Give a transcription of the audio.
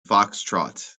foxtrot